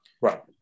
right